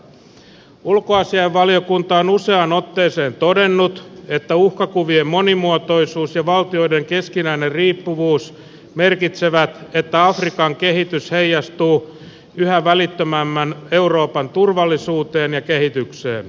ulkoasiainvaliokunta on useaan otteeseen todennut että uhkakuvien monimuotoisuus ja valtioiden keskinäinen riippuvuus merkitsevät että afrikan kehitys heijastuu yhä välittömämmin euroopan turvallisuuteen ja kehitykseen